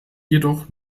jedoch